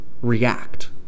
React